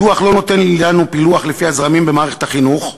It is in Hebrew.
הדוח לא נותן לנו פילוח לפי הזרמים במערכת החינוך.